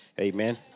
Amen